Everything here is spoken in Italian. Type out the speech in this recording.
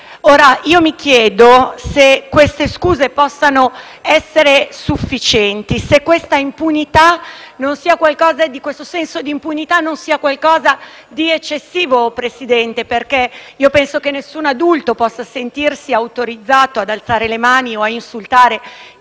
Ora, mi chiedo se le scuse possano essere sufficienti, se questo senso di impunità non sia eccessivo, Presidente, perché penso che nessun adulto possa sentirsi autorizzato ad alzare le mani o ad insultare